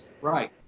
Right